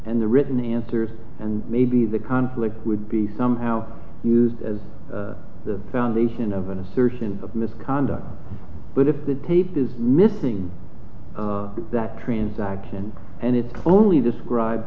and the written answers and maybe the conflict would be somehow used as the foundation of an assertion of misconduct but if the tape is missing of that transaction and it's only described